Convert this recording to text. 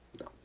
No